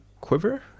Quiver